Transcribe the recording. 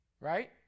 Right